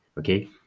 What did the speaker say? okay